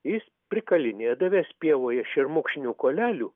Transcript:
jis prikalinėdavęs pievoje šermukšnių kuolelių